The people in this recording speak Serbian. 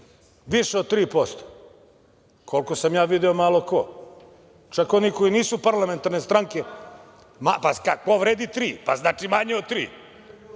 više od 3%? Koliko sam ja video, malo ko, čak oni koji nisu parlamentarne stranke. Ko vredi 3%, pa znači manje od